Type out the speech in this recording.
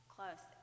Close